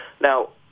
now